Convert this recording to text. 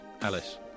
Alice